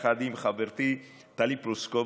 יחד עם חברתי טלי פלוסקוב,